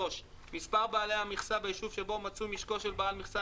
מספר בעלי המכסה ביישוב שבו נמצא משקו של בעל המכסה